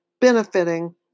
benefiting